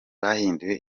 bahinduye